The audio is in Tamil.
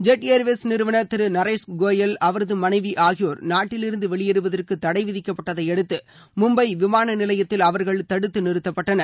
ஜெட் ஏர்வேஸ் நிறுவனர் திரு நரேஷ் கோயல் அவரது மனைவி ஆகியோர் நாட்டிலிருந்து வெளியேறுவதற்கு தடை விதிக்கப்பட்டதையடுத்து மும்பை விமான நிலையத்தில் அவர்கள் தடுத்து நிறுத்தப்பட்டனர்